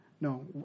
No